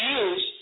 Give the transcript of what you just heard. use